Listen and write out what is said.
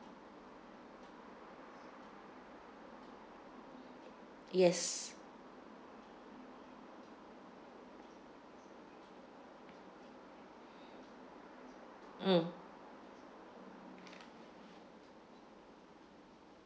yes mm